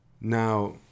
Now